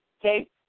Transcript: okay